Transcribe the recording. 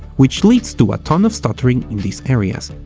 which leads to a ton of stuttering in these areas.